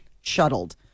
shuttled